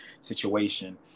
situation